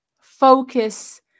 focus